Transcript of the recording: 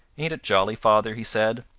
ain't it jolly, father? he said.